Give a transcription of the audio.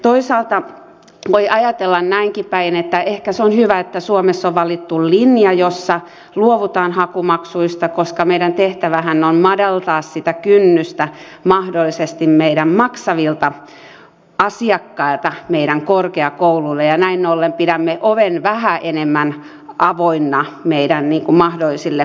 toisaalta voi ajatella näinkin päin että ehkä se on hyvä että suomessa on valittu linja jossa luovutaan hakumaksuista koska meidän tehtävähän on madaltaa sitä kynnystä mahdollisesti meidän maksavilta asiakkailta meidän korkeakouluille ja näin ollen pidämme oven vähän enemmän avoinna meidän mahdollisille maksaville opiskelijoille